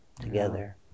together